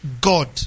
God